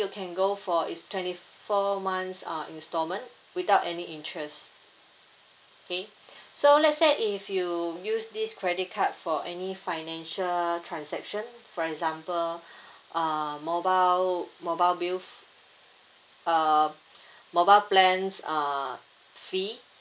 you can go for is twenty four months uh instalment without any interest okay so let's say if you use this credit card for any financial transaction for example uh mobile mobile bill f~ uh mobile plans uh fee